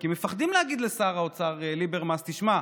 כי מפחדים להגיד לשר האוצר ליברמס: תשמע,